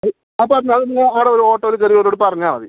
അപ്പോൾ അത് നിങ്ങൾ അവിടെ ഒരു ഓട്ടോയിൽ കയറി ഓരോട് പറഞ്ഞാൽ മതി